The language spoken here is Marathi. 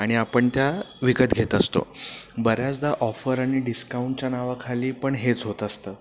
आणि आपण त्या विकत घेत असतो बऱ्याचदा ऑफर आणि डिस्काउंटच्या नावाखाली पण हेच होत असतं